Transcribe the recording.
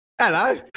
Hello